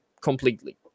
completely